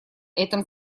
этом